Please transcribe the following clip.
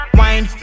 wine